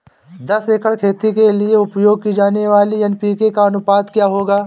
दस एकड़ खेती के लिए उपयोग की जाने वाली एन.पी.के का अनुपात क्या होगा?